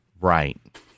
Right